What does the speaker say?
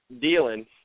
dealing